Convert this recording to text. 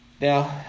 Now